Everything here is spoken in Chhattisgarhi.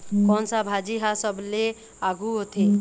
कोन सा भाजी हा सबले आघु होथे?